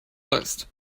list